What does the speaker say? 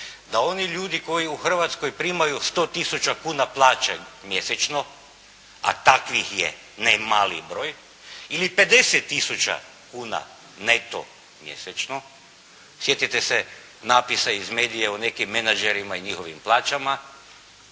Da oni ljudi koji u Hrvatskoj primaju 100 tisuća kuna plaće mjesečno, a takvih je ne mali broj ili 50 tisuća kuna neto mjesečno, sjetite se napisa iz medija o nekim menagerima i njihovim plaćama,